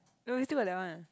no we still got that one